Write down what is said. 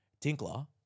Tinkler